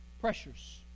pressures